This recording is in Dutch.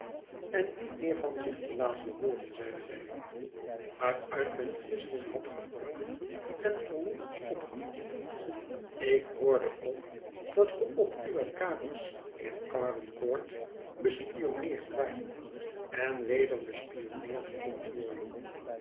en niet meer van zich te laten hooren zeide wemmick waaruit men gissingenhad gevormd en vermoedens opgevat ik hoorde ook dat ge op uwe kamers in garden court bespionneerd waart en weder bespionneerd kondt worden